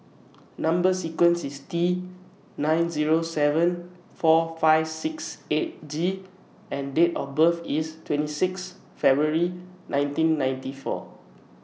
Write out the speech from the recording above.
Number sequence IS T nine Zero seven four five six eight G and Date of birth IS twenty six February nineteen ninety four